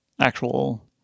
actual